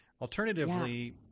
Alternatively-